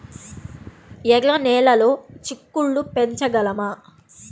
ఎర్ర నెలలో చిక్కుళ్ళు పెంచగలమా?